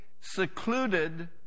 secluded